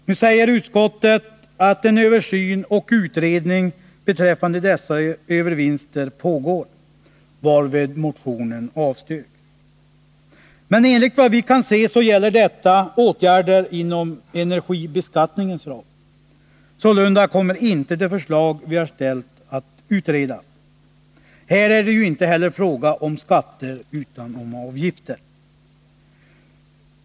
Nu säger utskottet att en översyn och utredning beträffande dessa övervinster pågår, varmed motionen avstyrks. Men enligt vad vi kan se gäller detta åtgärder inom energibeskattningens ram, och sålunda kommer inte de förslag vi har framställt att utredas. Här är det inte heller fråga om skatter utan om avgifter.